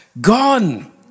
gone